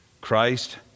Christ